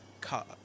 cut